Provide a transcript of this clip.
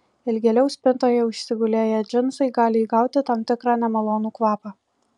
ilgėliau spintoje užsigulėję džinsai gali įgauti tam tikrą nemalonų kvapą